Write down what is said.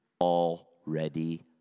Already